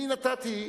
אני נתתי,